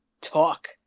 talk